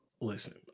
Listen